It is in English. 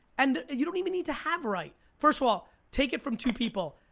and you don't even need to have right. first of all, take it from two people,